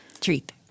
Treat